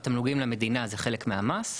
התמלוגים למדינה זה חלק מהמס.